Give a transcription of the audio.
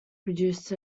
produced